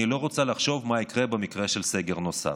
אני לא רוצה לחשוב מה יקרה במקרה של סגר נוסף.